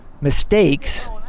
mistakes